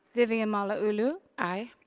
vivian malauulu. aye.